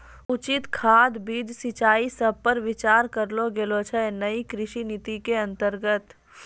उचित खाद, बीज, सिंचाई सब पर विचार करलो गेलो छै नयी कृषि नीति के अन्तर्गत